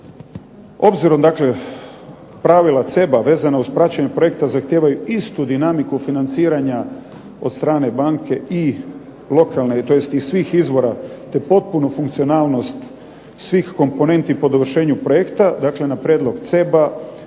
Obzirom dakle pravila CEB-a vezano uz praćenje projekta zahtijevaju istu dinamiku financiranja od stranke banke i lokalne, tj. i svih izvora, te potpunu funkcionalnost svih komponenti po dovršenju projekta, dakle na prijedlog CEB-a,